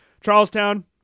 Charlestown